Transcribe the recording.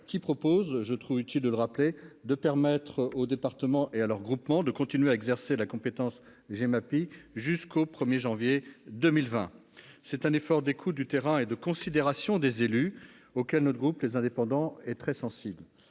qui vise- il est utile de le rappeler -à permettre aux départements et à leurs groupements de continuer à exercer la compétence GEMAPI jusqu'au 1 janvier 2020. C'est un effort d'écoute du terrain et de considération des élus, auquel mon groupe, Les Indépendants-République